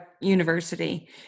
university